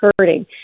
hurting